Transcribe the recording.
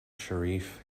sharif